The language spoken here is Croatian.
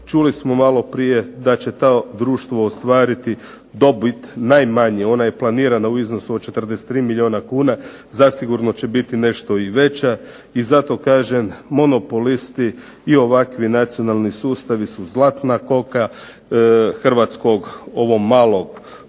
čuli smo maloprije da će to društvo ostvariti dobit najmanje, ona je planirana u iznosu od 43 milijuna kuna, zasigurno će biti nešto i veća i zato kažem monopolisti i ovakvi nacionalni sustavi su zlatna koka hrvatskog, ovo malo